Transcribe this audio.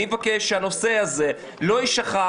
אני מבקש שהנושא הזה לא יישכח